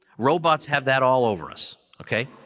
robots have that all over us, okay?